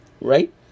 right